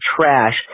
trash